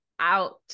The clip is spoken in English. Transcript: out